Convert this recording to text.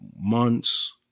months